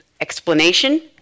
explanation